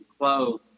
close